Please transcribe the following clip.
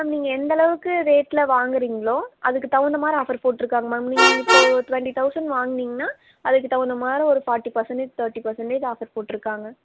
ma'am நீங்கள் எந்தளவுக்கு ரேட்டில் வாங்குறீங்களோ அதுக்குத் தகுந்த மாதிரி ஆஃபர் போட்டுருக்காங்க மேம் நீங்கள் இப்போ ஒரு டிவெண்டி தௌசண்ட் வாங்குனிங்ன்னா அதுக்குத் தகுந்த மாதிரி ஒரு forty percentage thirty percentage offer போட்டுருக்காங்க